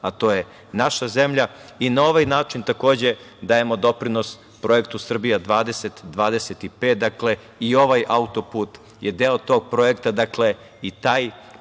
a to je naša zemlja. I na ovaj način takođe dajemo doprinos projektu „Srbija 2025“, dakle, i ovaj auto-put je deo tog projekta i taj